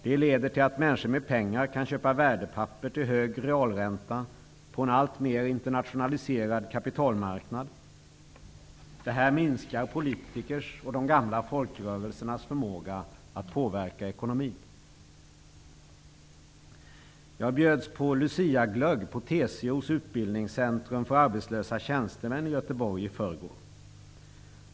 Det leder till att människor med pengar kan köpa värdepapper till högre realränta på en allmer internationaliserad kapitalmarknad. Det minskar politikers och de gamla folkrörelsernas förmåga att påverka ekonomin. Jag bjöds på Luciaglögg på TCO:s utbildningscentrum för arbetslösa tjänstemän i Göteborg i förrgår.